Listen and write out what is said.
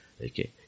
Okay